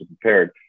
prepared